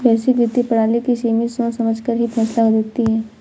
वैश्विक वित्तीय प्रणाली की समिति सोच समझकर ही फैसला लेती है